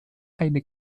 eine